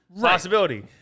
possibility